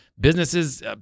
businesses